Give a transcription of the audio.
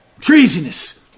treasonous